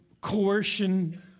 coercion